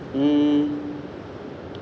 mm